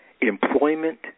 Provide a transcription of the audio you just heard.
employment